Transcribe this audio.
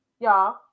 y'all